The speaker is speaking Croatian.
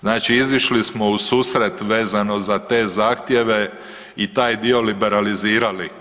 Znači izišli smo u susret vezano za te zahtjeve i taj dio liberalizirali.